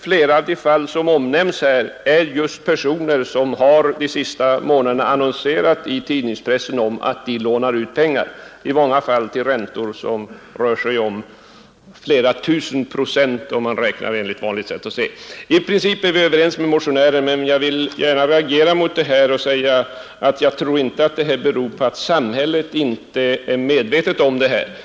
Flera av de fall som omnämnts här gäller just personer som under de senaste månaderna annonserat i tidningspressen att de lånar ut pengar, i många fall till räntor som rör sig om flera tusen procent. I princip är utskottet ense med motionären. Vi tror däremot inte att samhället skulle vara omedvetet om förhållandena.